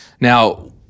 Now